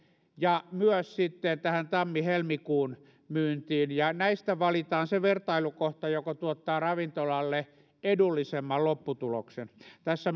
ja myös sitten tammi helmikuun myyntiin ja näistä valitaan se vertailukohta joka tuottaa ravintolalle edullisemman lopputuloksen tässä